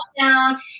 down